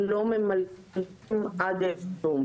לא ממלאים עד תום.